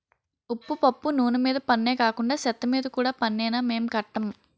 ఉప్పు పప్పు నూన మీద పన్నే కాకండా సెత్తమీద కూడా పన్నేనా మేం కట్టం